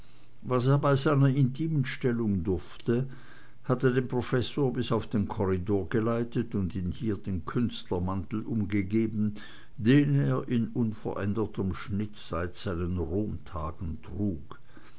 was er bei seiner intimen stellung durfte hatte den professor bis auf den korridor geleitet und ihm hier den künstlermantel umgegeben den er in unverändertem schnitt seit seinen romtagen trug